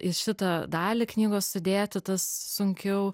į šitą dalį knygos sudėti tas sunkiau